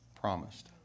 promised